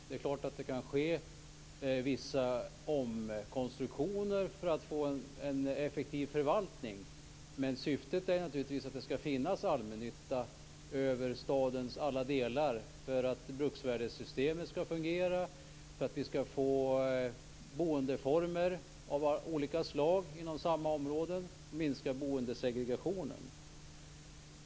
Det är klart att det kanske kan ske vissa omkonstruktioner för att få en effektiv förvaltning, men syftet är att det skall finnas allmännytta över stadens alla delar för att bruksvärdessystemet skall fungera, för att vi skall få boendeformer av olika slag inom samma områden och minska boendesegregationen.